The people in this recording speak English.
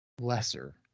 lesser